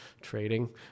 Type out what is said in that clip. trading